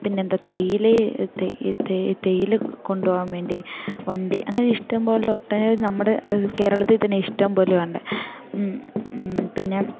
പിന്നെന്താ തേയില തേയില കൊണ്ടു പോകാൻ വേണ്ടി വണ്ടി അങ്ങനെ ഇഷ്ടം പോലെ ഒട്ടനവധി നമ്മുടെ കേരളത്തിൽ തന്നെ ഇഷ്ടം പോലെയുണ്ട് പിന്നെ